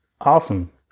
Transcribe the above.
Awesome